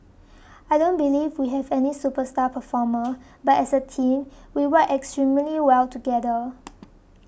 I don't believe we have any superstar performer but as a team we work extremely well together